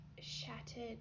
shattered